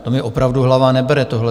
To mi opravdu hlava nebere, tohle.